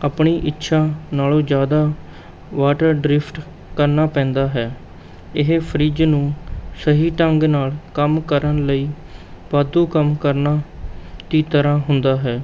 ਆਪਣੀ ਇੱਛਾ ਨਾਲੋਂ ਜ਼ਿਆਦਾ ਵਾਟਰ ਡਰਿਫਟ ਕਰਨਾ ਪੈਂਦਾ ਹੈ ਇਹ ਫਰਿੱਜ ਨੂੰ ਸਹੀ ਢੰਗ ਨਾਲ਼ ਕੰਮ ਕਰਨ ਲਈ ਵਾਧੂ ਕੰਮ ਕਰਨਾ ਦੀ ਤਰ੍ਹਾਂ ਹੁੰਦਾ ਹੈ